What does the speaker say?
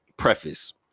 Preface